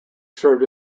served